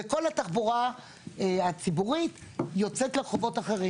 וכול התחבורה הציבורית יוצאת לרחובות אחרים.